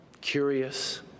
curious